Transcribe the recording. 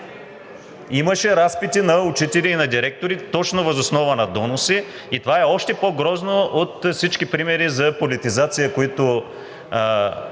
Имаше разпити на учители и на директори точно въз основа на доноси. Това е още по-грозно от всички примери за политизация, които